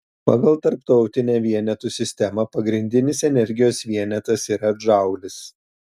pagal tarptautinę vienetų sistemą pagrindinis energijos vienetas yra džaulis